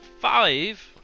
Five